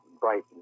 bright